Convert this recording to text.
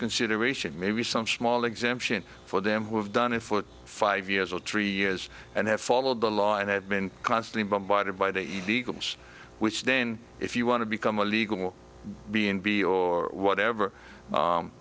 consideration maybe some small exemption for them who've done a foot five years old three years and have followed the law and have been constantly bombarded by the eagles which then if you want to become a legal being b or whatever